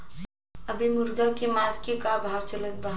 अभी मुर्गा के मांस के का भाव चलत बा?